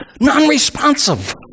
Non-responsive